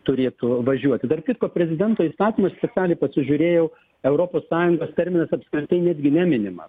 turėtų važiuoti tarp kitko prezidento įstatymą specialiai pasižiūrėjau europos sąjungos terminas apskritai netgi neminimas